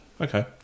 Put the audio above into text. Okay